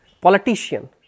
politician